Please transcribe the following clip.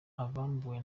abambuwe